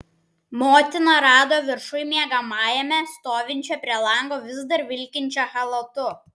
motiną rado viršuj miegamajame stovinčią prie lango vis dar vilkinčią chalatu